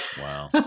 Wow